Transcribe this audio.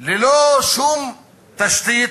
ללא שום תשתית,